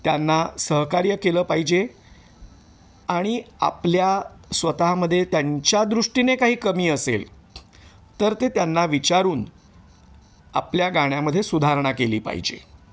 त्यांना सहकार्य केलं पाहिजे आणि आपल्या स्वतःमध्ये त्यांच्या दृष्टीने काही कमी असेल तर ते त्यांना विचारून आपल्या गाण्यामध्ये सुधारणा केली पाहिजे